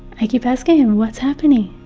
i keep asking and what's happening?